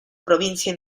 provincia